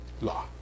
Law